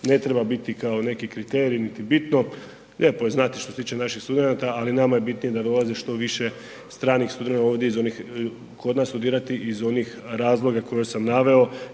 ne treba biti kao neki kriterij, niti bitno, lijepo je znati što se tiče naših studenata, ali nama je bitnije da dolaze što više stranih studenata ovdje iz onih, kod nas studirati iz onih razloga koje sam naveo